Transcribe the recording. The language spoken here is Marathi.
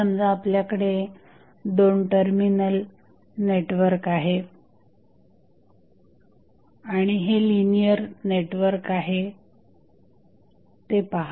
समजा आपल्याकडे 2 टर्मिनल नेटवर्क आहे आणि हे लिनियर नेटवर्क आहे ते पहा